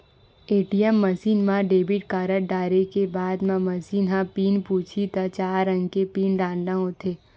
ATM machine म debit card डारे के बाद म मसीन ह पिन पूछही त चार अंक के पिन डारना होथे